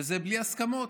וזה בלי הסכמות.